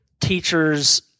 teachers